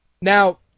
Now